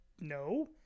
no